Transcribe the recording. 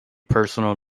personal